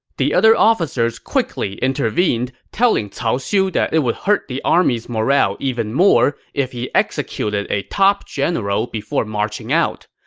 the other officers quickly intervened, telling cao xiu that it would hurt the army's morale even more if he executed a top general before marching out.